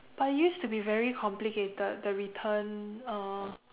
but it used to be very complicated the return uh